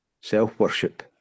Self-worship